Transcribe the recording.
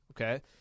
okay